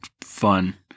fun